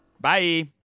Bye